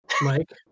Mike